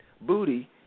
booty